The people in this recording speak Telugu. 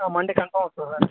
మండే కన్ఫామ్ వస్తాను సార్